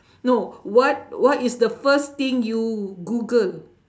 no what what is the first thing you google